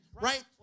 right